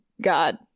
God